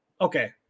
Okay